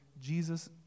Jesus